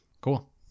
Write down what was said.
cool